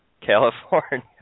California